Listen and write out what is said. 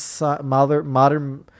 modern